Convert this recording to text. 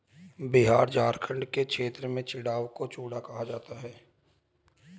बिहार झारखंड के क्षेत्र में चिड़वा को चूड़ा कहा जाता है